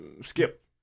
Skip